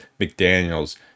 McDaniels